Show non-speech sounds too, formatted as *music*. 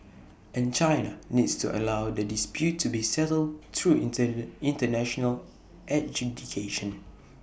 and China needs to allow the dispute to be settled through *hesitation* International adjudication